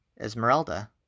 Esmeralda